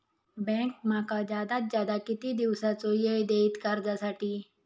Bank माका जादात जादा किती दिवसाचो येळ देयीत कर्जासाठी?